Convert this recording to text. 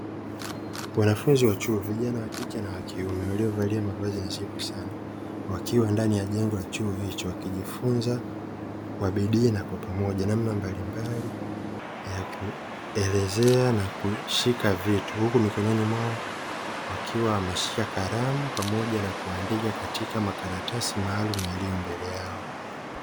Wanafunzi wa chuo vijana wa kike na wa kiume, waliovalia mavazi nadhifu sana ,wakiwa ndani ya jengo la chuo hicho, wakijifunza kwa bidii na kwa pamoja, namna mbalimbali kuelezea na kushika vitu, huku mikononi mwao wakiwa wameshika kalamu pamoja na kuandika katika makaratasi maalumu yaliyo mbele yao.